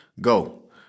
go